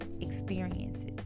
experiences